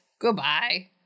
Goodbye